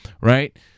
right